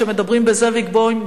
כשמדברים בזאביק בוים,